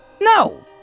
No